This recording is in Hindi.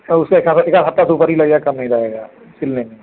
अब उसका एक आधा एक आध हफ्ता तो ऊपर ही लग जाएगा कम नहीं लगेगा सिलने में